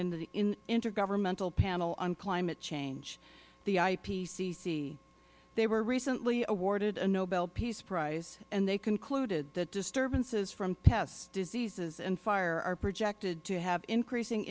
in the intergovernmental panel on climate change the ipcc they were recently awarded a nobel peace prize and they concluded that disturbances from pests diseases and fire are projected to have increasing